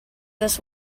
this